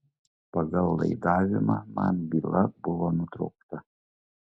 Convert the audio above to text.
pagal laidavimą man byla buvo nutraukta